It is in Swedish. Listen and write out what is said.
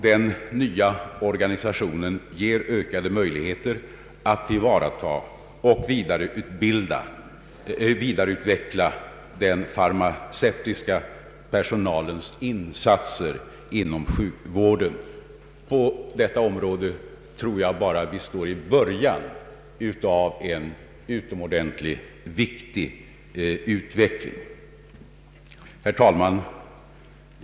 Den nya organisationen ger ökade möjligheter att tillvarata och vidareutveckla den farmaceutiska personalens insatser inom sjukvården. På detta område tror jag att vi bara står i början av en viktig utveckling. Herr talman!